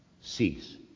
cease